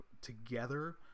together